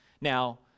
Now